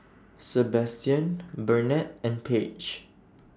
Sebastian Burnett and Paige